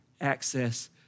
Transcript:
access